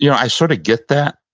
yeah i sort of get that.